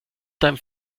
deinem